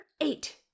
eight